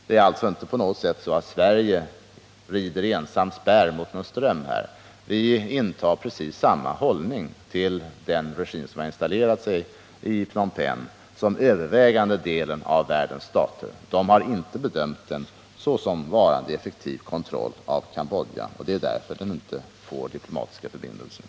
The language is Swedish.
Det är alltså inte på något sätt så, att Sverige här ensamt rider spärr mot någon ström, utan vi intar precis samma hållning till den regim som har installerat sig i Phnom Penh som den övervägande delen av världens stater. De har inte bedömt den såsom ägande effektiv kontroll över Cambodja, och det är därför den inte får diplomatiska förbindelser.